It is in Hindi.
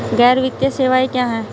गैर वित्तीय सेवाएं क्या हैं?